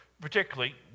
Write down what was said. particularly